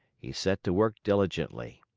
he set to work diligently.